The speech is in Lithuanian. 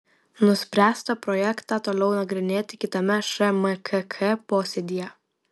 nuspręsta projektą toliau nagrinėti kitame šmkk posėdyje